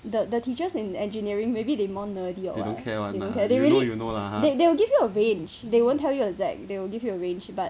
the the teachers in engineering maybe they more nerdy or they don't care they they will give you a range they won't tell you exact they will give you a range but